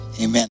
Amen